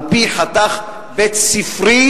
על-פי חתך בית-ספרי,